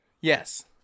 yes